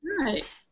right